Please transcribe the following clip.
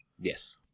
Yes